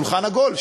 שולחן עגול,